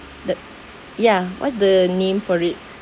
the ya what's the name for it